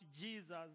Jesus